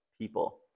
people